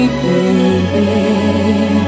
baby